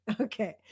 Okay